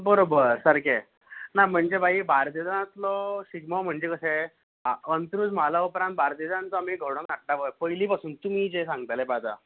बरोबर सारके ना म्हणजे भाई बार्देसातलो शिगमो म्हणजे कशें अंत्रुज म्हाला उपरांत बार्देशांचो आमी घडोन हाडटा पय पयली पासून तुमी जे सांगताले ते पळय आतां